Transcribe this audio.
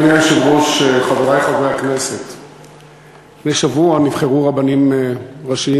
חבר הכנסת נחמן שי, ואחריו, חבר הכנסת דוד